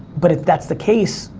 but if that's the case,